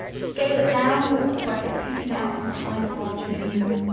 scale it down so it looks like it's peeking out from behind the large moon.